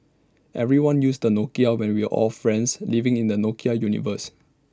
everybody used A Nokia and we were all friends living in the Nokia universe